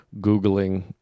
Googling